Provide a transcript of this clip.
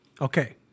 Okay